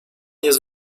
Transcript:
jest